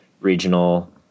regional